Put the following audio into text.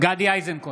גדי איזנקוט,